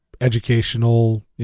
educational